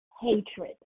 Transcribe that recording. hatred